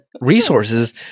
resources